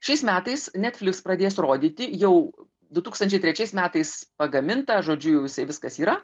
šiais metais netflix pradės rodyti jau du tūkstančiai trečiais metais pagamintą žodžiu jau jisai viskas yra